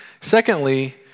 Secondly